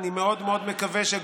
בושה.